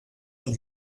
und